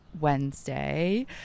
Wednesday